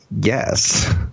yes